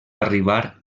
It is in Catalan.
arribar